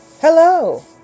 Hello